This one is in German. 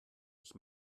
ich